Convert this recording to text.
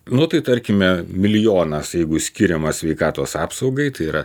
nu tai tarkime milijonas jeigu skiriama sveikatos apsaugai tai yra